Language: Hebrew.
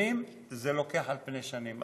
ומבנים זה על פני שנים.